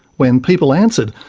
when people answered,